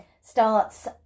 starts